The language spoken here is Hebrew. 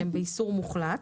שהם באיסור מוחלט.